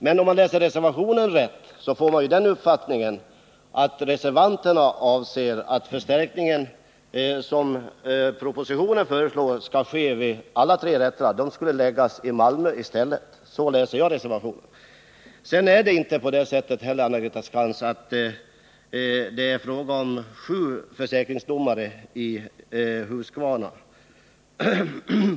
Men när man läser reservationen får man den uppfattningen att reservanterna avser att förstärkningen, som propositionen föreslår skall ske vid alla tre rätterna, i stället skulle åstadkommas genom att en ny försäkringsrätt inrättades i Malmö. Det är inte på det sättet, Anna-Greta Skantz, att det är fråga om sju försäkringsdomare i Huskvarna.